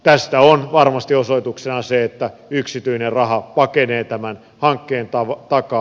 tästä on varmasti osoituksena se että yksityinen raha pakenee tämän hankkeen takaa